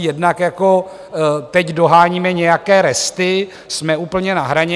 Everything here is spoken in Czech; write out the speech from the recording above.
Jednak jako teď doháníme nějaké resty, jsme úplně na hraně.